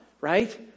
right